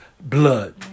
blood